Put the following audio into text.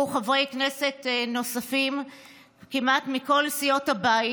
חברי כנסת נוספים כמעט מכל סיעות הבית.